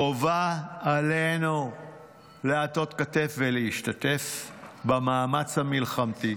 חובה עלינו להטות כתף ולהשתתף במאמץ המלחמתי.